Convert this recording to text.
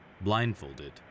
Blindfolded